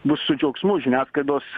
bus su džiaugsmu žiniasklaidos